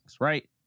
Right